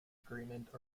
agreement